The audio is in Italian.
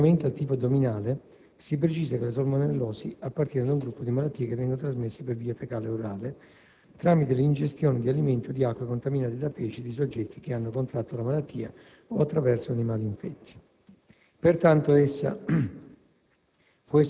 Relativamente al tifo addominale, si precisa che la salmonellosi appartiene ad un gruppo di malattie che vengono trasmesse per via fecale-orale, tramite l'ingestione di alimenti o di acque contaminate da feci di soggetti che hanno contratto la malattia o attraverso animali infetti.